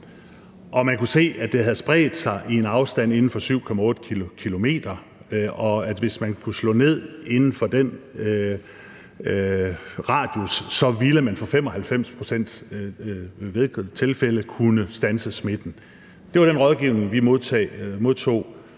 Man kunne se, at det havde spredt sig i en afstand inden for 7,8 km, og hvis man kunne slå det ned inden for den radius, så ville man i 95 pct. af tilfældene kunne standse smitten. Det var den rådgivning, vi modtog,